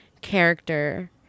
character